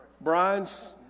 Brian's